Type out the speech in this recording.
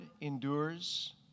endures